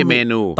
Menu